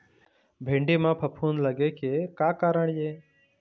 भिंडी म फफूंद लगे के का कारण ये?